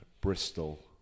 Bristol